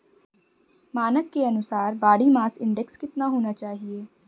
मानक के अनुसार बॉडी मास इंडेक्स कितना होना चाहिए?